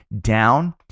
down